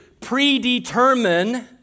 predetermine